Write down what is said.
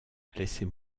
laissez